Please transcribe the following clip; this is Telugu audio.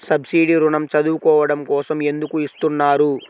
సబ్సీడీ ఋణం చదువుకోవడం కోసం ఎందుకు ఇస్తున్నారు?